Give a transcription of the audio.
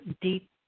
deep